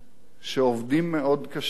שעובדים מאוד קשה,